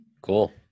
cool